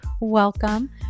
welcome